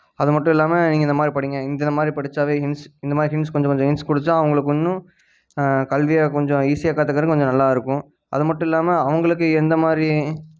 அதுமட்டும் இல்லாமல் நீங்கள் இந்தமாதிரி படிங்கள் இந்த இந்தமாதிரி படித்தாவே ஹிண்ட்ஸ் இந்தமாதிரி ஹிண்ட்ஸ் கொஞ்சம் கொஞ்சம் ஹிண்ட்ஸ் கொடுத்தா அவர்களுக்கு இன்னும் கல்வியை கொஞ்சம் ஈஸியாக கற்றுக்கறக்கு கொஞ்சம் நல்லாயிருக்கும் அதுமட்டுல்லாமல் அவர்களுக்கு எந்தமாதிரி